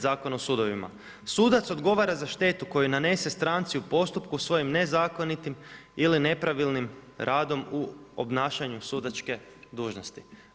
Zakona o sudovima, sudac odgovara za štetu koju nanese stranci u postupku svojim nezakonitim ili nepravilnim radom u obnašanju sudačke dužnosti.